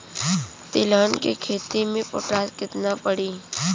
तिलहन के खेती मे पोटास कितना पड़ी?